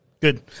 Good